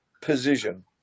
position